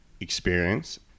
experience